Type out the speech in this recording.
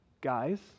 Guys